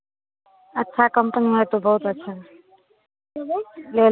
अच्छा कम्पनी में है तो बहुत अच्छा है